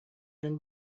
дьон